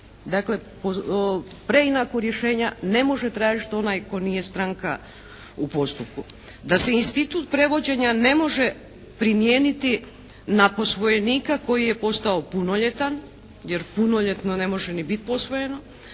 Dakle preinaku rješenja ne može tražiti onaj tko nije stranka u postupku. Da se institut prevođenja ne može primijeniti na posvojenika koji je postao punoljetan, jer punoljetno ne može ni biti posvojeno,